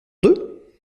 d’eux